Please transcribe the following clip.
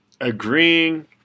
agreeing